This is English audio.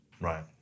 Right